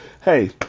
Hey